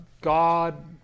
god